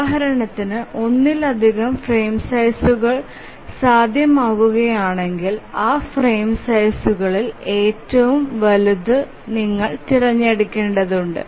ഉദാഹരണത്തിന് ഒന്നിലധികം ഫ്രെയിം സൈസ്ഉകൾ സാധ്യമാകുകയാണെങ്കിൽ ആ ഫ്രെയിം സൈസ്ഉകളിൽ ഏറ്റവും വലുത് ഞങ്ങൾ തിരഞ്ഞെടുക്കേണ്ടതുണ്ട്